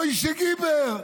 מוישה גיבער.